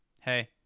hey